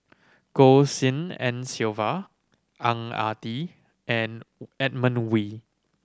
Goh Tshin En Sylvia Ang Ah Tee and Edmund Wee